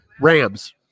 Rams